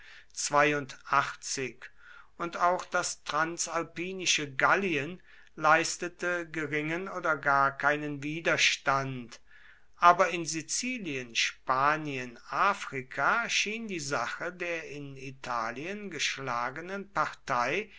und auch das transalpinische gallien leistete geringen oder gar keinen widerstand aber in sizilien spanien africa schien die sache der in italien geschlagenen partei